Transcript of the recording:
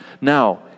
Now